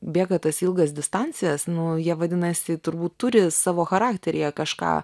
bėga tas ilgas distancijas nu jie vadinasi turbūt turi savo charakteryje kažką